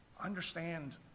understand